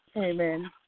Amen